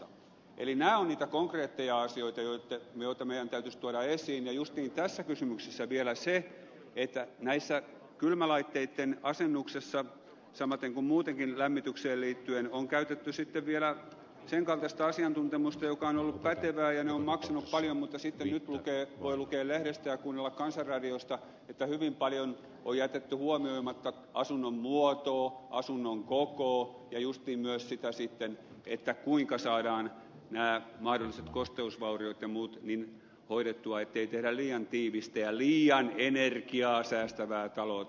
nämä ovat niitä konkreetteja asioita joita meidän täytyisi tuoda esiin ja justiin tässä kysymyksessä on vielä se että näissä kylmälaitteitten asennuksissa samaten kuin muutenkin lämmitykseen liittyen on käytetty vielä sen kaltaista asiantuntemusta joka on ollut pätevää ja on maksanut paljon mutta nyt voi lukea lehdestä ja kuunnella kansanradiosta että hyvin paljon on jätetty huomioimatta asunnon muotoa asunnon kokoa ja justiin myös sitä sitten kuinka saadaan nämä mahdolliset kosteusvauriot ja muut hoidettua ettei tehdä liian tiivistä ja liian energiaa säästävää taloa tästä